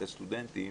את הסטודנטים,